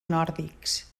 nòrdics